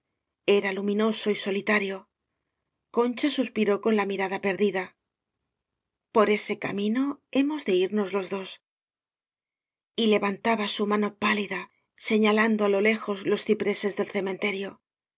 era luminoso y solitario i concha suspiró con la mirada perdida por ese camino hemos de irnos los dos ó levantaba su mano pálida señalando á lo lejos los cipreses del cementerio